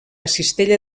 cistella